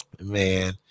man